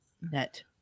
net